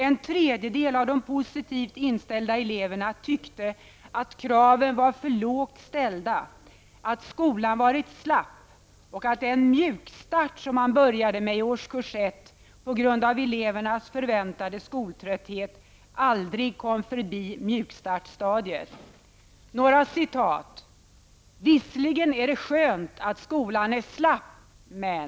En tredjedel av de positivt inställda eleverna tyckte att kraven varit för lågt ställda, att skolan varit slapp och att den mjukstart som man började med i årskurs 1 på grund av elevernas förväntade skoltrötthet aldrig kom förbi mjukstartstadiet. Några citat: ''Visserligen är det skönt att skolan är slapp, men .